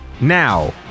Now